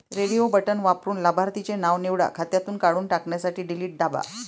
radio button वापरून लाभार्थीचे नाव निवडा, खात्यातून काढून टाकण्यासाठी डिलीट दाबा